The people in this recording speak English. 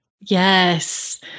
Yes